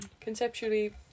Conceptually